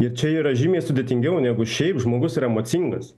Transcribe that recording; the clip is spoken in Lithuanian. ir čia yra žymiai sudėtingiau negu šiaip žmogus yra emocingas